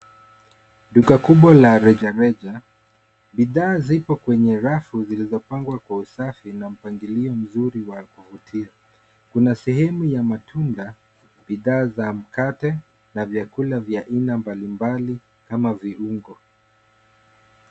Duka kubwa la rejareja, bidhaa ziko kwenye rafu zilizopangwa kwa usafi na mpangilio mzuri wa kuvutia, kuna sehemu ya matunda bidhaa za mkate na vyakula vya aina mbalimbali kama virungo.